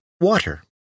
water